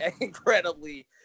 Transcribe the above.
incredibly